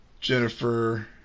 Jennifer